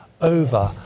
over